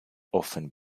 often